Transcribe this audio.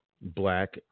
black